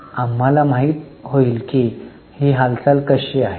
तर आम्हाला माहित होईल की हालचाल कशी आहे